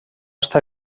està